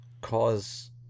cause